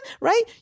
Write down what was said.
Right